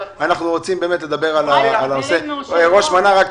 ראש מנה"ר,